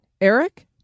Eric